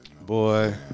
Boy